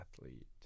athlete